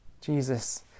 Jesus